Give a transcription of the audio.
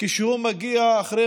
כשהוא מגיע אחרי